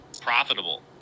Profitable